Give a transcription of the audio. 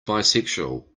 bisexual